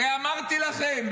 הרי אמרתי לכם,